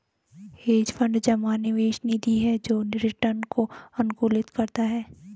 hedge fund जमा निवेश निधि है जो रिटर्न को अनुकूलित करता है